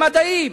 במדעים,